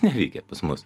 neveikia pas mus